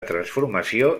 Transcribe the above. transformació